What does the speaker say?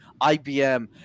IBM